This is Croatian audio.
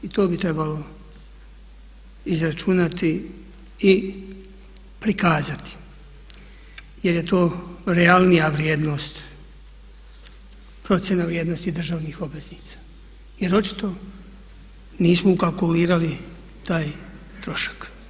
I to bi trebalo izračunati i prikazati jer je to realnija vrijednost, procjena vrijednosti državnih obveznica jer očito nismo ukalkulirali taj trošak.